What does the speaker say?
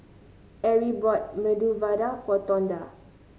Arie bought Medu Vada for Tonda